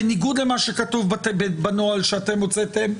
בניגוד למה שכתוב בנוהל שאתם הוצאתם.